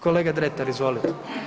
Kolega Dretar, izvolite.